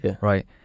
right